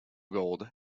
gold